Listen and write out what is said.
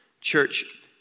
Church